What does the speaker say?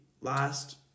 last